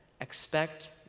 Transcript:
expect